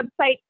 website